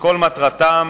שכל מטרתם